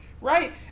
right